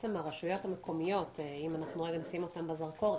שהרשויות המקומיות אם אנחנו נשים אותן לרגע מתחת לזרקור,